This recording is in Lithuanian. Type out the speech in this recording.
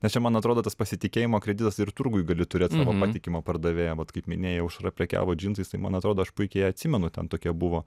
nes čia man atrodo tas pasitikėjimo kreditas ir turguj gali turėt savo patikimą pardavėją vat kaip minėjau aušra prekiavo džinsais tai man atrodo aš puikiai atsimenu ten tokie buvo